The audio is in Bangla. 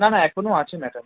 না না এখনও আছে ম্যাডাম